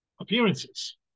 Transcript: appearances